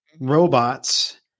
robots